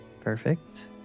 Perfect